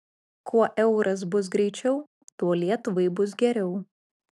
kuo euras bus greičiau tuo lietuvai bus geriau